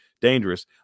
dangerous